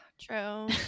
True